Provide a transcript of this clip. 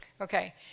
Okay